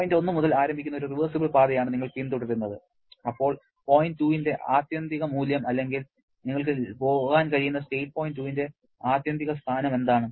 point 1 മുതൽ ആരംഭിക്കുന്ന ഒരു റിവേർസിബിൾ പാതയാണ് നിങ്ങൾ പിന്തുടരുന്നത് അപ്പോൾ പോയിന്റ് 2 ന്റെ ആത്യന്തിക മൂല്യം അല്ലെങ്കിൽ നിങ്ങൾക്ക് പോകാൻ കഴിയുന്ന പോയിന്റ് 2 ന്റെ ആത്യന്തിക സ്ഥാനം എന്താണ്